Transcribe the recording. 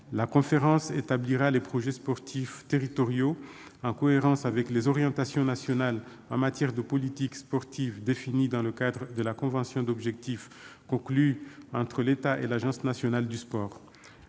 La conférence établira les projets sportifs territoriaux, en cohérence avec les orientations nationales en matière de politique sportive définies dans le cadre de la convention d'objectifs conclue entre l'État et l'Agence nationale du sport.